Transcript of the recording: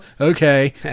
okay